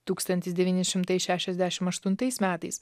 tūkstantis devyni šimtai šešiasdešim aštuntais metais